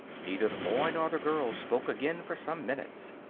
neither the boy nor the girl spoke again for some minutes.